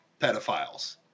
pedophiles